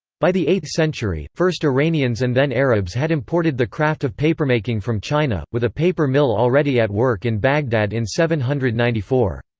by the eighth century, first iranians and then arabs had imported the craft of papermaking from china, with a paper mill already at work in baghdad in seven hundred and ninety four.